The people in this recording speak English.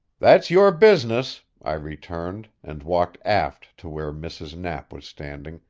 that's your business, i returned, and walked aft to where mrs. knapp was standing,